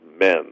men